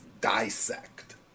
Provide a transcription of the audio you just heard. dissect